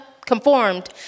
conformed